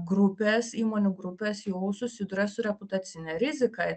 grupės įmonių grupės jau susiduria su reputacine rizika